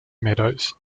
meadows